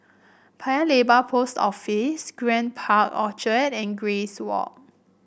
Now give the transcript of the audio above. Paya Lebar Post Office Grand Park Orchard and Grace Walk